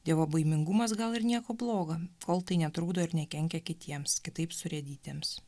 dievobaimingumas gal ir nieko blogo kol tai netrukdo ir nekenkia kitiems kitaip surėdytiems